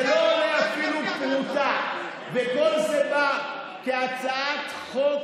זה לא עולה אפילו פרוטה, וכל זה בא כהצעת חוק